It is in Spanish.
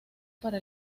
para